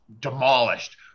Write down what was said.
demolished